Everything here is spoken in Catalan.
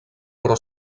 però